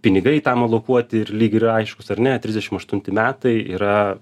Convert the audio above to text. pinigai tam ilokuoti ir lyg ir aiškūs ar ne trisdešim aštunti metai yra